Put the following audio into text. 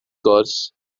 gwrs